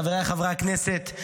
חבריי חברי הכנסת,